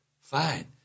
Fine